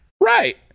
Right